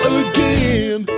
again